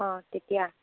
অ' তেতিয়া